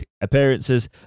appearances